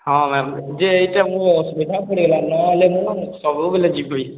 ହଁ ମ୍ୟାମ୍ ଯେ ଏଇଟା ମୁଁ ଅସୁବିଧା ପଡ଼ିଗଲା ନେହେଲେ ମୁଁ ସବୁବେଳେ ଯିବି